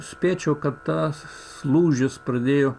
spėčiau kad tas lūžis pradėjo